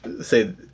say